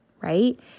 right